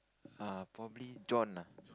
err probably John lah